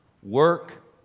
Work